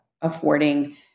affording